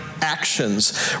actions